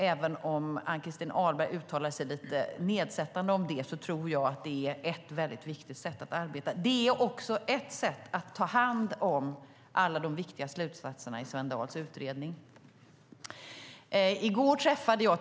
Även om Ann-Christin Ahlberg uttalar sig lite nedsättande om detta tror jag att det är ett väldigt viktigt sätt att arbeta. Det är också ett sätt att ta hand om alla de viktiga slutsatserna i Svend Dahls utredning.